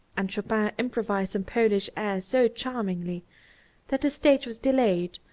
and chopin improvised on polish airs so charmingly that the stage was delayed,